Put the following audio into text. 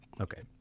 Okay